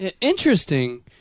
interesting